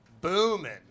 booming